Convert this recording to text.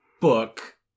book